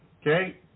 Okay